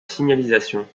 signalisation